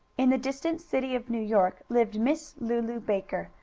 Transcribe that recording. in the distant city of new york lived miss lulu baker,